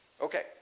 Okay